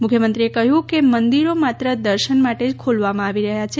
મુખ્યમંત્રીએ કહ્યું કે મંદિરો માત્ર દર્શન માટે જ ખોલવામાં આવી રહ્યા છે